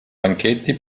banchetti